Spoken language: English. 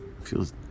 feels